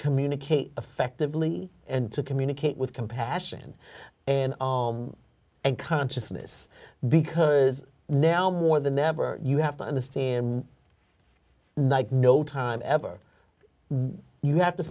communicate effectively and to communicate with compassion and of consciousness because now more than ever you have to understand no time ever you have to